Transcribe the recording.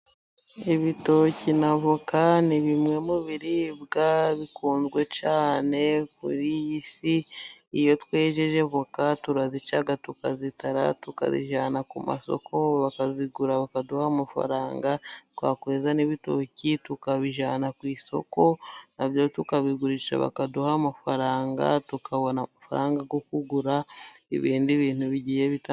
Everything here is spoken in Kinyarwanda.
Ibitoki n'avoka ni bimwe mu biribwa bikunzwe cyane kuri iyi si. Iyo twejeje avoka turazica tukazitara, tukazijyana ku masoko bakazigura, bakaduha amafaranga, twakweza n'ibitoki, tukabijyana ku isoko na byo tukabigurisha bakaduha amafaranga, tukabona amafaranga yo kugura ibindi bintu bigiye bita...